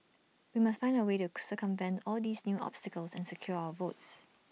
we must find A way to circumvent all these new obstacles and secure our votes